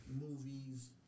movies